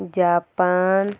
Japan